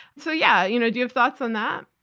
so, yeah. you know do you have thoughts on that?